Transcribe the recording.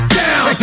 down